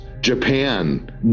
japan